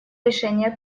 решения